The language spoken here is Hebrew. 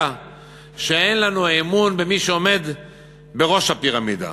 שאין לנו אמון במי שעומד בראש הפירמידה,